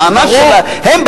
הטענה שלהם,